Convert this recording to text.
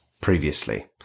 previously